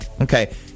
Okay